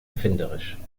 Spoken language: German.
erfinderisch